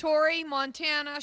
tori montana